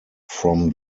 from